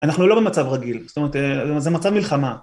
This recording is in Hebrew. אנחנו לא במצב רגיל, זאת אומרת זה מצב מלחמה.